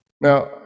Now